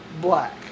black